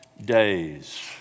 days